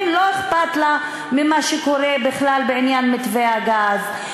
לא אכפת לה ממה שקורה בכלל בעניין מתווה הגז,